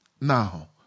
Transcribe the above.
Now